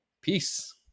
peace